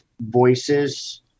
voices